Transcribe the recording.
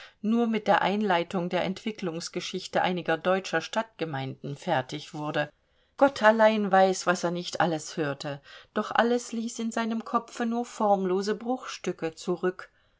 nur mit der einleitung und der entwicklungsgeschichte einiger deutscher stadtgemeinden fertig wurde gott allein weiß was er nicht alles hörte doch alles ließ in seinem kopfe nur formlose bruchstücke zurück